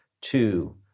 two